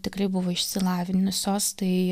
tikrai buvo išsilavinusios tai